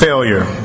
Failure